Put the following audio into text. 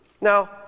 Now